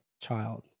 child